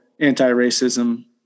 anti-racism